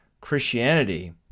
Christianity